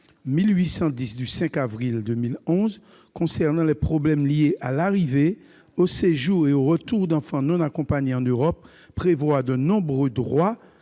1810 du 15 avril 2011 concernant les problèmes liés à l'arrivée, au séjour et au retour d'enfants non accompagnés en Europe prévoit de nombreux droits